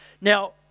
Now